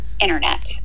internet